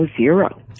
zero